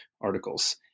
articles